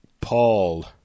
Paul